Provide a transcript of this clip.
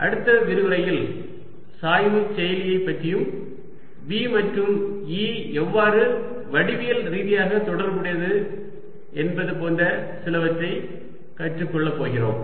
அடுத்த விரிவுரையில் சாய்வு செயலியை பற்றியும் V மற்றும் E எவ்வாறு வடிவியல் ரீதியாக தொடர்புடையது என்பது போன்ற சிலவற்றை கற்றுக் கொள்ளப் போகிறோம்